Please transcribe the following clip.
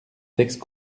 texte